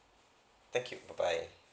thank you bye bye